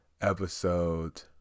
episode